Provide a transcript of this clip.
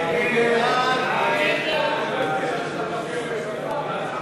סיעת רע"ם-תע"ל-מד"ע לסעיף 06, משרד הפנים